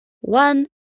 one